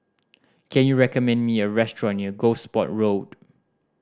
can you recommend me a restaurant near Gosport Road